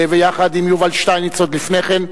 ויחד עם יובל שטייניץ עוד לפני כן,